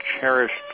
cherished